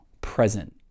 present